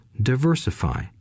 diversify